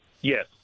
Yes